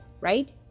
right